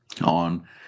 on